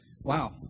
Wow